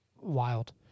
wild